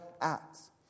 acts